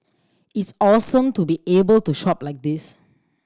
it's awesome to be able to shop like this